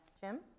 Jim